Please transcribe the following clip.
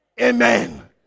Amen